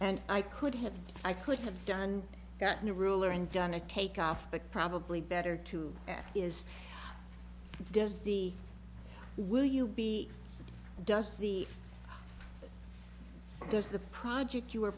and i could have i could have done gotten a ruler and done a cake up but probably better to ask is does the will you be does the does the project you were